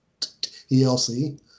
elc